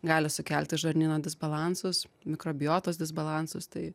gali sukelti žarnyno disbalansus mikrobiotos disbalansus tai